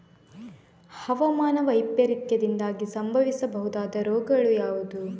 ಹವಾಮಾನ ವೈಪರೀತ್ಯದಿಂದಾಗಿ ಸಂಭವಿಸಬಹುದಾದ ರೋಗಗಳು ಯಾವುದು?